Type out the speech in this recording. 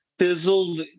fizzled